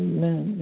Amen